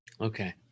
Okay